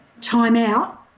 timeout